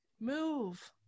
move